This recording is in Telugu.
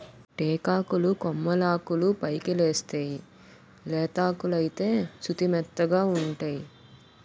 టేకాకులు కొమ్మలాకులు పైకెలేస్తేయ్ లేతాకులైతే సుతిమెత్తగావుంటై